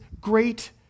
great